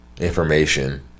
information